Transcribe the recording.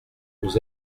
nous